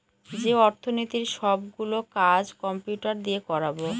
যে অর্থনীতির সব গুলো কাজ কম্পিউটার দিয়ে করাবো